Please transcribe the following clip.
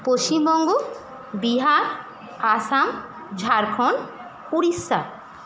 Paschimbanga Bihar Assam Jharkhand Orissa